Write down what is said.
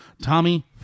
Tommy